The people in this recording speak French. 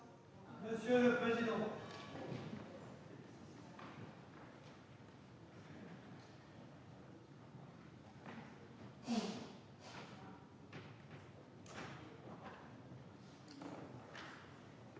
Monsieur le président,